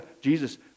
Jesus